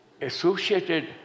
associated